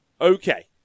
Okay